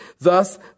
Thus